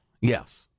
Yes